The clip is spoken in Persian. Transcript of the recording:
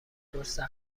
دکتر